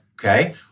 okay